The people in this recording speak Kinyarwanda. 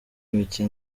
mike